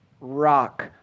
rock